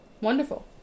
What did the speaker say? Wonderful